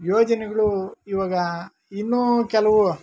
ಯೋಜನೆಗಳು ಇವಾಗ ಇನ್ನೂ ಕೆಲವು